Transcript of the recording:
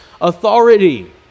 authority